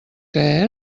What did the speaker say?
que